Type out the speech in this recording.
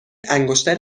انگشتر